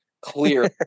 clear